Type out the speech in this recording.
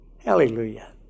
Hallelujah